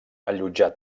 allotjat